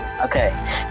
Okay